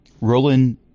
Roland